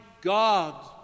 God